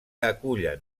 acullen